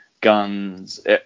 guns